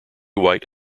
white